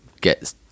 get